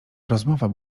rozmowa